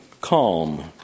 Calm